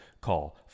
Call